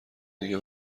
دیگه